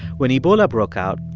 when ebola broke out,